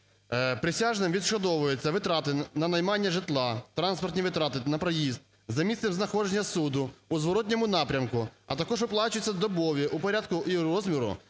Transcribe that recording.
Присяжним відшкодовуються витрати на наймання житла, транспортні витрати, на проїзд за місцем знаходження суду, у зворотному напрямку, а також оплачуються добові у порядку їх розміру,